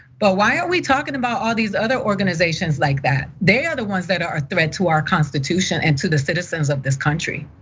but why are we talking about all these other organizations like that? they are the ones that are a threat to our constitution and to the citizens of this country.